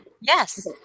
Yes